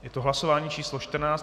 Je to hlasování číslo 14.